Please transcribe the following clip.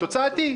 תוצאתי.